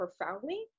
profoundly